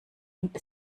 und